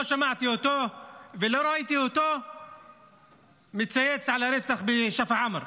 לא שמעתי אותו ולא ראיתי אותו מצייץ על הרצח בשפרעם,